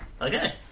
Okay